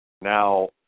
Now